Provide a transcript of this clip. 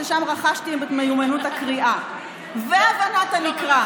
שם רכשתי את מיומנות הקריאה והבנת הנקרא.